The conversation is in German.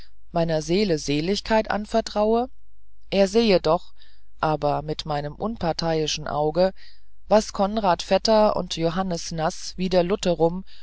meiner seelen seligkeit vertraute er sehe doch aber mit meinen unparteischen augen was konrad vetter und johannes nas wider